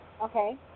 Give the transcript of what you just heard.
Okay